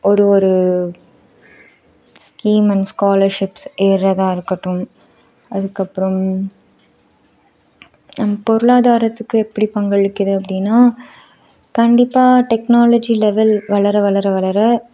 ஒரு ஒரு scheme and scholarships ஏறுகிறதா இருக்கட்டும் அதுக்கப்புறம் நம்ம பொருளாதாரத்துக்கு எப்படி பங்களிக்கிது அப்படின்னா கண்டிப்பாக டெக்னாலஜி லெவல் வளர வளர வளர